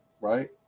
right